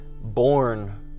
born